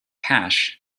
hash